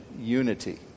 unity